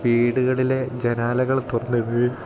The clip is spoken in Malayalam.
വീടുകളിലെ ജനാലകൾ തുറന്നിടുകയും